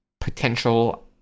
potential